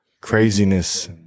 craziness